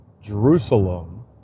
Jerusalem